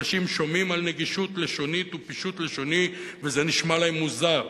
אנשים שומעים על נגישות לשונית ופישוט לשוני וזה נשמע להם מוזר.